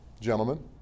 Gentlemen